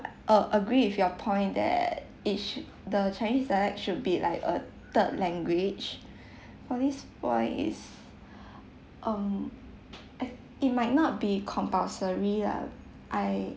uh agree with your point that each the chinese dialect should be like a third language for this point is um i~ it might not be compulsory lah I